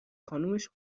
خانومش